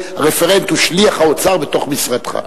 רפרנט הוא הרי שליח האוצר בתוך משרדך.